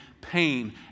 pain